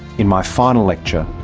in my final lecture,